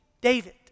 David